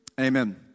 amen